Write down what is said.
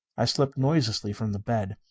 i slipped noiselessly from the bed.